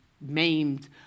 maimed